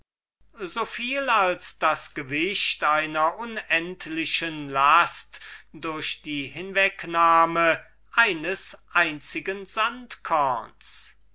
so viel als das gewicht einer unendlichen last durch die hinwegnahme eines einzigen